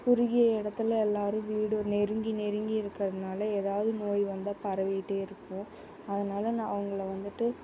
குறுகிய இடத்துல எல்லாேரும் வீடு நெருங்கி நெருங்கி இருக்கிறதுனால ஏதாவது நோய் வந்தால் பரவிகிட்டே இருக்கும் அதனால் நான் அவங்கள வந்துட்டு